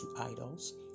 idols